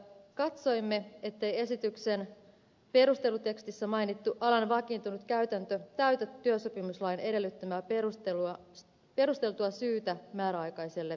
katsoimme ettei esityksen perustelutekstissä mainittu alan vakiintunut käytäntö täytä työsopimuslain edellyttämää perusteltua syytä määräaikaiselle työsuhteelle